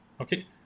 Okay